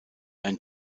ein